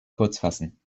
kurzfassen